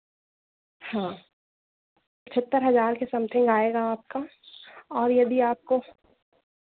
हाँ पचहत्तर हज़ार के समथिंग आएगा आपका और यदि आपको